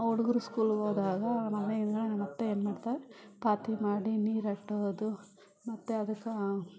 ಹುಡುಗ್ರು ಸ್ಕೂಲ್ಗೋದಾಗ ಮನೆಯಿಂದ ನಮ್ಮತ್ತೆ ಏನು ಮಾಡ್ತಾರೆ ಪಾತಿ ಮಾಡಿ ನೀರಟ್ಟೋದು ಮತ್ತು ಅದಕ್ಕೆ